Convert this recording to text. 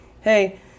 Hey